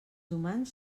humans